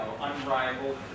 unrivaled